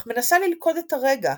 אך מנסה ללכוד את הרגע,